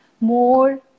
more